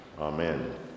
Amen